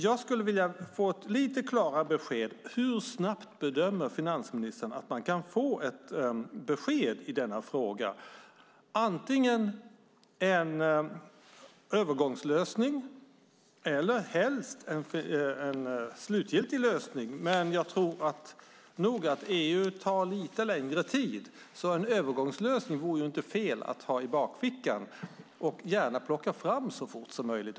Jag skulle vilja få en litet klarare upplysning om hur snabbt finansministern bedömer att man kan få ett besked i denna fråga, antingen om en övergångslösning eller helst en slutgiltig lösning. Jag tror nog att EU tar lite längre tid på sig så en övergångslösning vore inte fel att ha i bakfickan och gärna plocka fram så fort som möjligt.